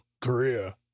korea